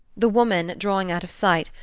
the woman, drawing out of sight,